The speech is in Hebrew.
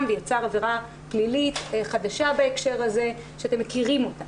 ויצא עבירה פלילית חדשה בהקשר הזה ואתם מכירים אותה.